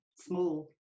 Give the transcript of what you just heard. small